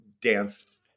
dance